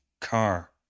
car